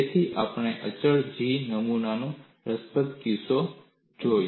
તેથી આપણે અચળ જી નમૂનાનો રસપ્રદ કિસ્સો જોયો